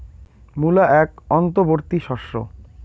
মূলা এক অন্তবর্তী শস্য